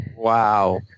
Wow